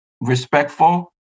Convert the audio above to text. respectful